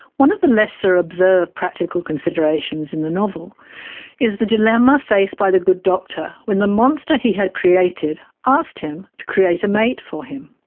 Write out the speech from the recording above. one of the lesser observed practical considerations in the novel is the dilemma faced by the good doctor when the monster he had created asked him to create a mate for him.